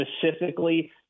specifically